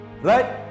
right